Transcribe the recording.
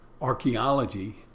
archaeology